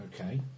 Okay